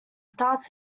starts